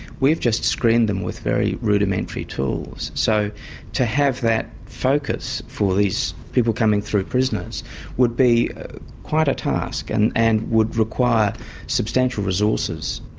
we've just screened them with very rudimentary tools. so to have that focus for these people coming through prisons would be quite a task and and would require substantial resources.